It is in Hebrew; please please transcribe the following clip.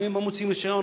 אם הם מוציאים רשיון,